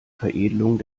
veredelung